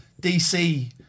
DC